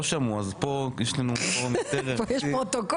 לא שמעו אז פה יש לנו -- פה יש פרוטוקול.